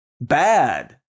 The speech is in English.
bad